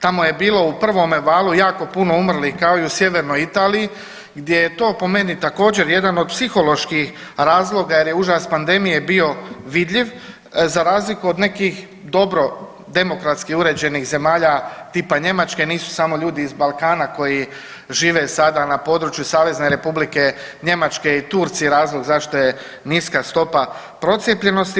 Tamo je bilo u prvome valu jako puno umrlih, kao i u sjevernoj Italiji gdje je to po meni također, jedan od psiholoških razloga jer je užas pandemije bio vidljiv, za razliku od nekih dobro demokratski uređenih zemalja, tipa Njemačke, nisu samo ljudi iz Balkana koji žive sada na području SR Njemačke i Turci razlog zašto je niska stopa procijepljenosti.